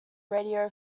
radio